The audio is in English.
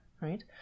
right